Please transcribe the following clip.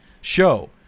show